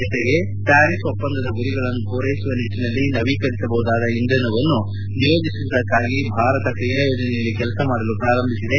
ಜತೆಗೆ ಪ್ವಾರಿಸ್ ಒಪ್ಪಂದದ ಗುರಿಗಳನ್ನು ಪೂರೈಸುವ ನಿಟ್ಟಿನಲ್ಲಿ ನವೀಕರಿಸಬಹುದಾದ ಇಂಧನವನ್ನು ನಿಯೋಜಿಸುವುದಕ್ಕಾಗಿ ಭಾರತ ಕ್ರೀಯಾ ಯೋಜನೆಯಲ್ಲಿ ಕೆಲಸ ಮಾಡಲು ಪ್ರಾರಂಭಿಸಿದೆ